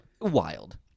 wild